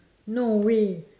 no way